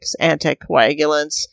anticoagulants